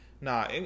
nah